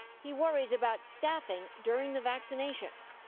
he worries about staffing during the vaccinations.